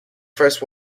first